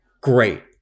great